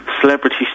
celebrity